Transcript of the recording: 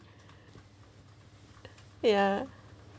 ya